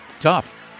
tough